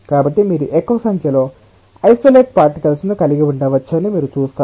కాబట్టి మీరు ఎక్కువ సంఖ్యలో ఇసొలేట్ పార్టికల్స్ ను కలిగి ఉండవచ్చని మీరు చూస్తారు